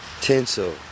tinsel